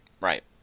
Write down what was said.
Right